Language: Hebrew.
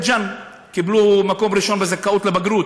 בית-ג'ן קיבלו מקום ראשון בזכאות לבגרות,